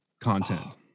content